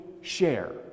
share